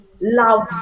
love